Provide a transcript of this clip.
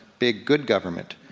big good government.